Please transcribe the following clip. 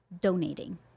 donating